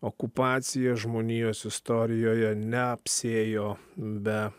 okupacija žmonijos istorijoje neapsiėjo be